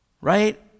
right